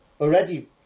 already